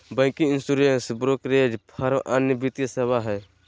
banking, insurance, brokerage firm अन्य वित्तीय सेवा हय